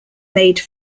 made